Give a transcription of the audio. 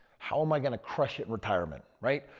how am i going to crush it retirement? right?